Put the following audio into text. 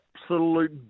absolute